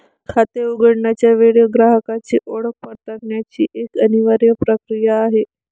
खाते उघडण्याच्या वेळी ग्राहकाची ओळख पडताळण्याची एक अनिवार्य प्रक्रिया आहे